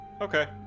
Okay